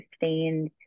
sustained